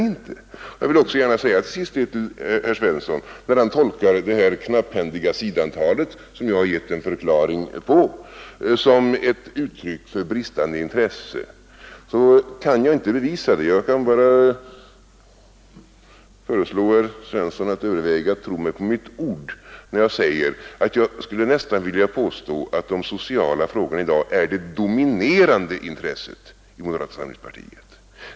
Herr Svensson tolkar detta knapphändiga sidantal, som jag givit en förklaring på, som ett uttryck för bristande intresse. Jag kan inte motbevisa det. Jag kan bara föreslå herr Svensson att överväga att tro mig på mitt ord när jag säger, att man nog kan påstå att de sociala frågorna i dag är det dominerande intresset i moderata samlingspartiet.